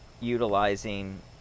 utilizing